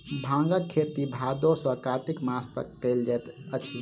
भांगक खेती भादो सॅ कार्तिक मास तक कयल जाइत अछि